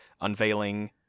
unveiling